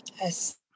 Yes